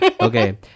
okay